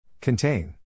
Contain